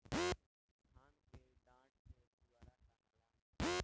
धान के डाठ के पुआरा कहाला